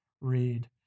read